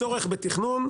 צורך בתכנון,